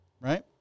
right